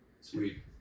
Sweet